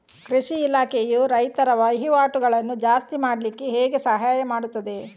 ಕೃಷಿ ಇಲಾಖೆಯು ರೈತರ ವಹಿವಾಟುಗಳನ್ನು ಜಾಸ್ತಿ ಮಾಡ್ಲಿಕ್ಕೆ ಹೇಗೆ ಸಹಾಯ ಮಾಡ್ತದೆ?